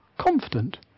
confident